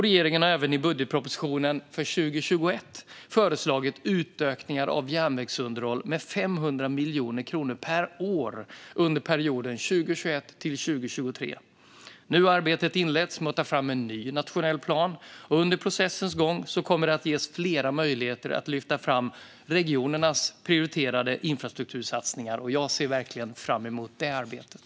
Regeringen har även i budgetpropositionen för 2021 föreslagit utökningar av järnvägsunderhåll med 500 miljoner kronor per år under perioden 2021-2023. Nu har arbetet inletts med att ta fram en ny nationell plan, och under processens gång kommer det att ges flera möjligheter att lyfta fram regionernas prioriterade infrastruktursatsningar. Jag ser verkligen fram emot det arbetet.